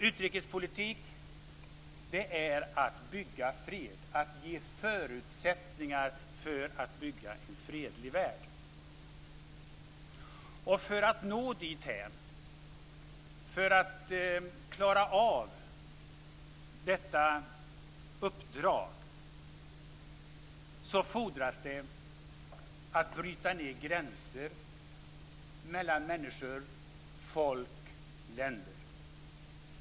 Utrikespolitik är att bygga fred, att ge förutsättningar för att trygga en fredlig värld. För att nå dithän, för att klara av detta uppdrag fordras det att bryta ned gränser mellan människor, folk, länder.